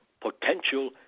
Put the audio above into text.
potential